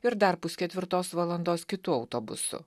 ir dar pusketvirtos valandos kitu autobusu